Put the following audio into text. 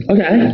Okay